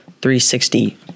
360